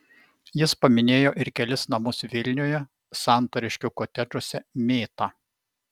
jis paminėjo ir kelis namus vilniuje santariškių kotedžuose mėta